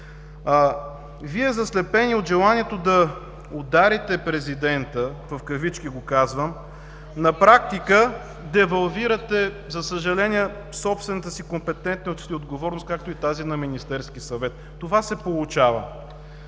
Вие, заслепени от желанието да „ударите президента“, на практика девалвирахте за съжаление собствената си компетентност и отговорност, както и тази на Министерския съвет. Това се получава.